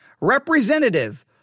representative